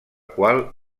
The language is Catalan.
qual